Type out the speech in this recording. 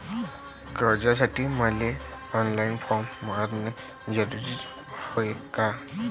कर्जासाठी मले online form भरन जरुरीच हाय का?